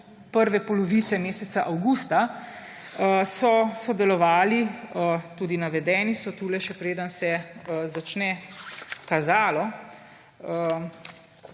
prve polovice meseca avgusta, so sodelovali – tudi navedeni so tu, še preden se začne kazalo,